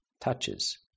touches